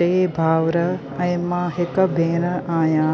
टे भाउर ऐं मां हिकु भेण आहियां